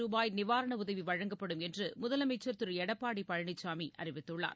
ருபாய் நிவாரணஉதவிவழங்கப்படும் என்றுமுதலமைச்சர் திருஎடப்பாடிபழனிசாமிஅறிவித்துள்ளார்